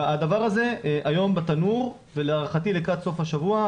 הדבר הזה היום בתנור ולהערכתי לקראת סוף השבוע,